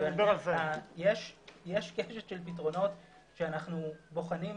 יש פתרונות שאנחנו בוחנים.